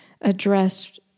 addressed